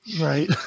Right